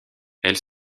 elle